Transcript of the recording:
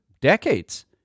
decades